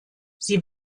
sie